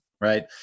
right